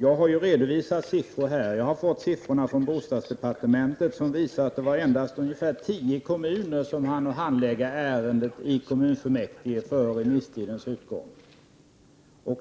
Jag har redovisat siffror från bostadsdepartementet som visar att det bara vara cirka tio kommuner som hann handlägga ärendet i kommunfullmäktige före remisstidens utgång.